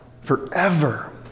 forever